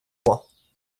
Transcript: trois